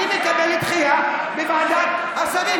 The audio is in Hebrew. אני מקבל דחייה בוועדת השרים,